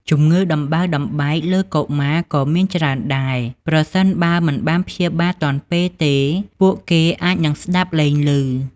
ជម្ងឺដំបៅដំបែកលើកុមារក៏មានច្រើនដែរ ប្រសិនបើមិនបានព្យាបាលទាន់ពេលទេ ពួកគេអាចនឹងស្ដាប់លែងឮ។